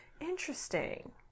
interesting